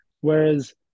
whereas